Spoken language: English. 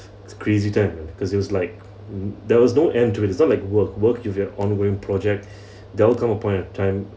crazy time because it was like there was no end to it it's not like work work if you have ongoing project there will come a point of time